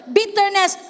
bitterness